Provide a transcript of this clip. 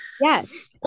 Yes